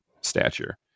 stature